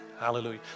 Hallelujah